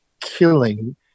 killing